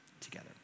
together